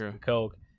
Coke